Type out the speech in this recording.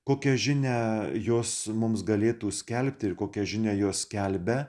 kokią žinią jos mums galėtų skelbti ir kokią žinią jos skelbia